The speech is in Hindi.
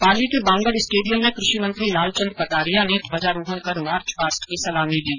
पाली के बांगड स्टेडियम में कृषि मंत्री लालचन्द कटारिया ने ध्वजारोहण कर मार्चपास्ट की सलामी ली